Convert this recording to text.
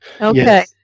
Okay